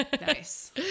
Nice